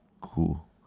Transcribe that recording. Cool